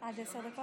קודם כול,